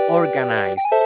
organized